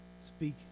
Speak